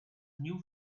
new